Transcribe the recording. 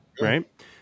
right